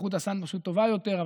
איכות הסאונד פשוט טובה יותר,